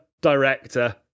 director